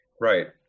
right